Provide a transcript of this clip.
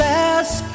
Last